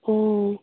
ꯑꯣ